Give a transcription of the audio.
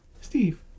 Steve